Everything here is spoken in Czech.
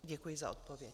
Děkuji za odpověď.